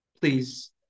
please